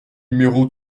numéro